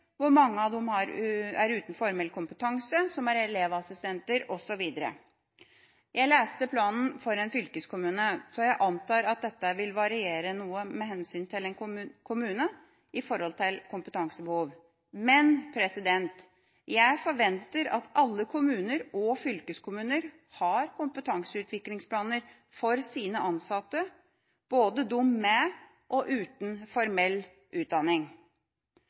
hvor mange som er uten formell kompetanse, som er elevassistenter osv. Jeg leste planen for en fylkeskommune, så jeg antar at dette vil variere noe for en kommune med hensyn til kompetansebehov. Men jeg forventer at alle kommuner og fylkeskommuner har kompetanseutviklingsplaner for sine ansatte, både for dem med og dem uten formell utdanning.